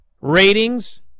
Ratings